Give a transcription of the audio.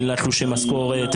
אין לה תלושי משכורת,